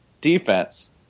defense